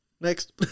Next